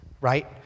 right